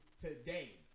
today